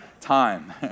time